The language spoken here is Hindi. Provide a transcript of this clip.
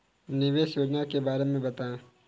निवेश योजना के बारे में बताएँ?